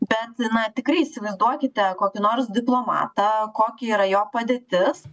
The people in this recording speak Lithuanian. bet na tikrai įsivaizduokite kokį nors diplomatą kokia yra jo padėtis